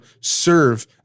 serve